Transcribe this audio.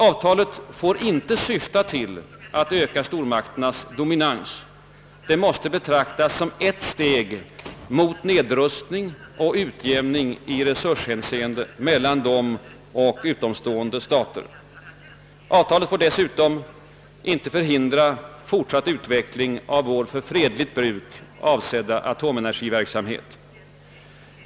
Avtalet får inte syfta till att öka stormakternas do minans. Det måste betraktas som ett steg mot nedrustning och en utjämning i resurshänseende mellan dem och utomstående stater. Avtalet får dessutom inte förhindra en fortsatt utveckling av vår för fredligt bruk avsedda atomenergiverksamhet.